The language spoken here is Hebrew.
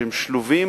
שהם שלובים